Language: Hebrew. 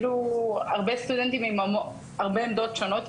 הרבה סטודנטים עם הרבה עמדות שונות,